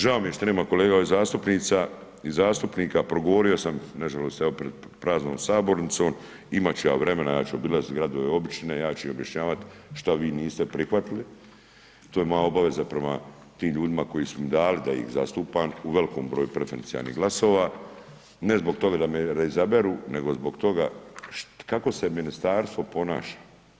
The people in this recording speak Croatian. Žao mi je što nema kolege ovdje zastupnica i zastupnika, progovorio sam nažalost evo pred praznom sabornicom, imati ću ja vremena, ja ću obilaziti gradove obične, ja ću i objašnjavati šta vi niste prihvatili, to je moja obaveza prema tim ljudima koji su mi dali da ih zastupam u velikom broju preferencijalnih gradova ne zbog toga da ... izaberu nego zbog toga kako se ministarstvo ponaša.